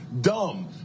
dumb